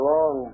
Long